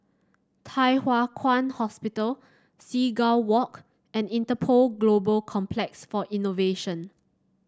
Thye Hua Kwan Hospital Seagull Walk and Interpol Global Complex for Innovation